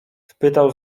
spytał